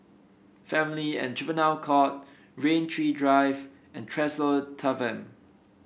Family and Juvenile Court Rain Tree Drive and Tresor Tavern